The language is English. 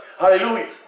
Hallelujah